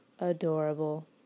adorable